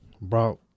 brought